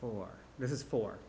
for this is for